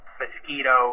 mosquito